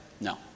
No